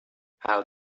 how